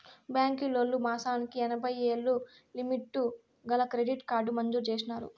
బాంకీలోల్లు మాసానికి ఎనభైయ్యేలు లిమిటు గల క్రెడిట్ కార్డు మంజూరు చేసినారు